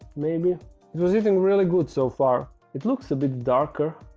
maybe. it was eating really good so far. it looks a bit darker.